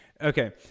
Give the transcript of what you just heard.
Okay